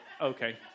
Okay